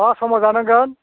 मा समाव जानांगोन